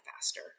faster